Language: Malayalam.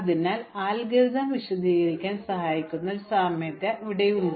അതിനാൽ അൽഗോരിതം വിശദീകരിക്കാൻ സഹായിക്കുന്ന ഒരു സാമ്യത ഇവിടെയുണ്ട്